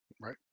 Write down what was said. right